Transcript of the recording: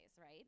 right